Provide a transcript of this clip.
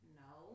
no